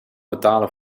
betalen